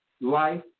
life